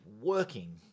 working